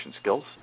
skills